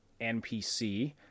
npc